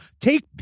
Take